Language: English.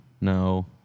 No